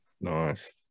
nice